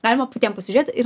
galima patiem pasižiūrėt ir